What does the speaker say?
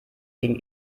gegen